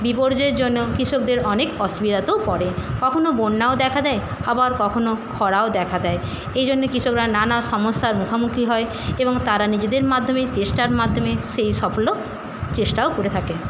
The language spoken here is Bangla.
বিপর্যয়ের জন্য কৃষকদের অনেক অসুবিধাতেও পড়ে কখনও বন্যাও দেখা দেয় আবার কখনও খরাও দেখা দেয় এই জন্যে কৃষকরা নানা সমস্যার মুখামুখি হয় এবং তারা নিজেদের মাধ্যমে চেষ্টার মাধ্যমে সেই সফল্য চেষ্টাও করে থাকে